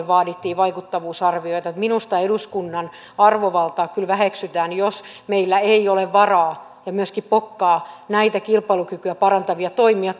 vaadittiin vaikuttavuusarvioita minusta eduskunnan arvovaltaa kyllä väheksytään jos meillä ei ole varaa ja myöskään pokkaa näitä kilpailukykyä parantavia toimia